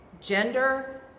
gender